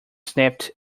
snapped